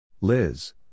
Liz